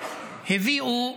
הביאו אוכל.